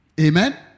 Amen